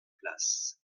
place